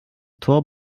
tor